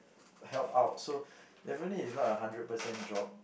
help out so definitely is not a hundred percent job